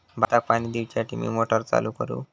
भाताक पाणी दिवच्यासाठी मी मोटर चालू करू?